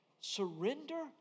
Surrender